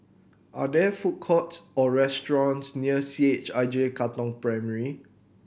are there food courts or restaurants near C H I J Katong Primary